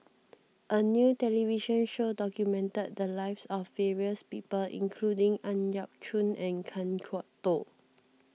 a new television show documented the lives of various people including Ang Yau Choon and Kan Kwok Toh